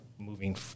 moving